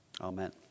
Amen